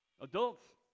Adults